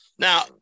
Now